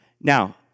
Now